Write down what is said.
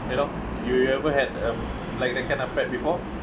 you know you you ever had a like that kind of pet before